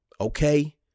okay